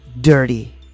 dirty